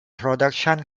production